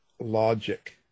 logic